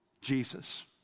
Jesus